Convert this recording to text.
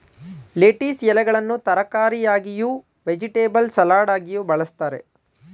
lettuce ಎಲೆಗಳನ್ನು ತರಕಾರಿಯಾಗಿಯೂ, vegetable ಸಲಡಾಗಿಯೂ ಬಳ್ಸತ್ತರೆ